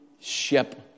ship